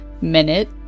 minute